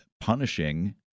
punishing